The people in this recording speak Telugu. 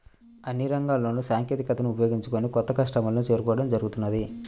అన్ని రంగాల్లోనూ సాంకేతికతను ఉపయోగించుకొని కొత్త కస్టమర్లను చేరుకోవడం జరుగుతున్నది